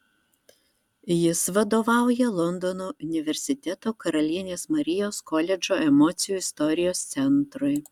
jis vadovauja londono universiteto karalienės marijos koledžo emocijų istorijos centrui